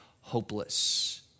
hopeless